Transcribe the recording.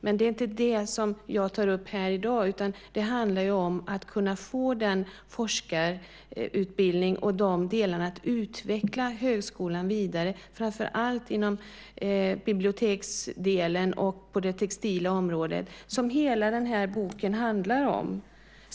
Men det är inte det som jag tar upp här i dag, utan det handlar om att kunna få forskarutbildning och de delarna för att utveckla högskolan vidare, framför allt inom biblioteksdelen och på det textila området. Det är det hela denna bok handlar om.